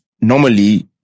normally